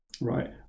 right